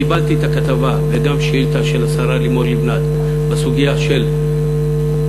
קיבלתי את הכתבה וגם שאילתה של השרה לימור לבנת בסוגיה של אופקים,